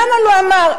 למה לא אמר,